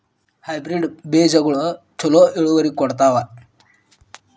Hybrid ಬೇಜಗೊಳು ಛಲೋ ಇಳುವರಿ ಕೊಡ್ತಾವ?